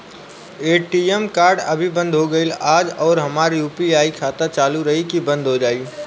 ATM card अभी बंद हो गईल आज और हमार यू.पी.आई खाता चालू रही की बन्द हो जाई?